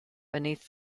beneath